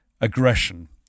aggression